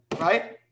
right